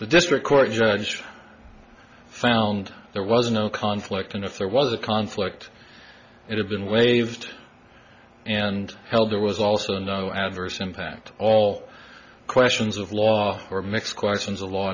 the district court judge found there was no conflict and if there was a conflict it had been waived and held there was also no adverse impact all questions of law or mix questions of law